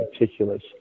meticulous